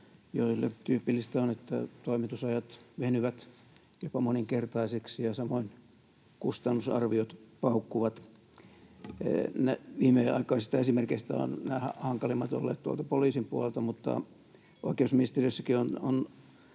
joille tyypillistä on, että toimitusajat venyvät jopa moninkertaisiksi ja samoin kustannusarviot paukkuvat. Viimeaikaisista esimerkeistä nämä hankalimmat ovat olleet poliisin puolelta, mutta oikeusministeriössäkin on